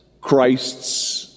Christ's